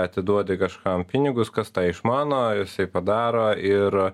atiduodi kažkam pinigus kas tą išmano jisai padaro ir